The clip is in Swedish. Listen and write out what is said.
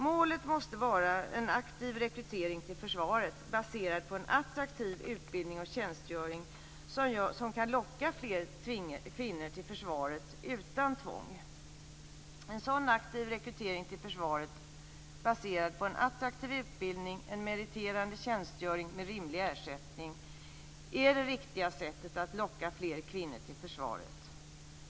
Målet måste vara en aktiv rekrytering till försvaret baserad på en attraktiv utbildning och tjänstgöring som kan locka fler kvinnor till försvaret utan tvång. En sådan aktiv rekrytering till försvaret baserad på en attraktiv utbildning och en meriterande tjänstgöring med rimlig ersättning är det riktiga sättet att locka fler kvinnor till försvaret.